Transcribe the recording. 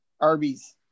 Arby's